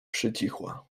przycichła